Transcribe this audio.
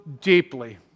deeply